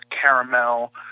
caramel